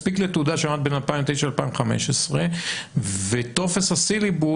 מספיק לי תעודה שלמדת בין 2009 ל-2015 וטופס הסילבוס,